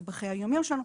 זה בחיי היום-יום שלנו,